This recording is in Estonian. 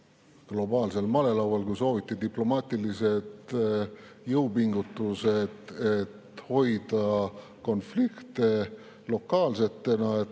globaalsel malelaual, kui [nii võib öelda], diplomaatilised jõupingutused, et hoida konfliktid lokaalsetena, et